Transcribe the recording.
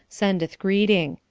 sendeth greeting.